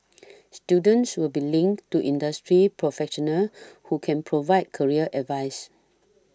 students will be linked to industry professionals who can provide career advice